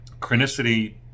chronicity